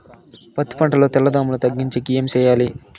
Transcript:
పత్తి పంటలో తెల్ల దోమల తగ్గించేకి ఏమి చేయాలి?